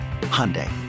Hyundai